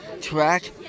track